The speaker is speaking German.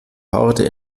horde